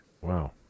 Wow